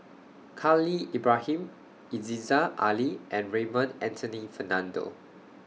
Khalil Ibrahim Yziza Ali and Raymond Anthony Fernando